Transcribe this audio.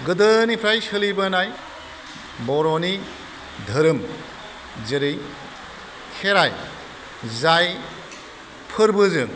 गोदोनिफ्राय सोलिबोनाय बर'नि धोरोम जेरै खेराइ जाय फोरबोजों